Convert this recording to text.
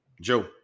Joe